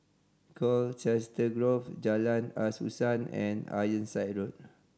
Colchester Grove Jalan Asuhan and Ironside Road